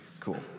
Cool